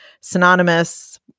synonymous